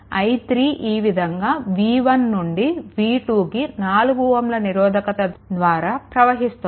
i3 ఈ విధంగా v1 నుండి v2కి 4 Ω ల నిరోధకత ద్వారా ప్రవహిస్తోంది